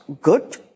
good